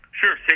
Sure